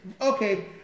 okay